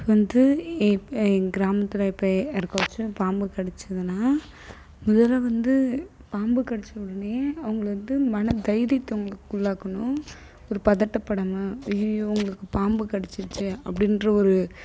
இப்போ வந்து இப்ப எங்கள் கிராமத்தில் இப்போ யாருக்காச்சும் பாம்பு கடிதத்துனா முதலில் வந்து பாம்பு கடிதத் உடனே அவங்கள வந்து மனதைரியத்தை அவங்களுக்கு ஒரு பதட்டப் படாமல் அய்யய்யோ அவங்களுக்கு பாம்பு கடிச்சிடுச்சே அப்படின்ற ஒரு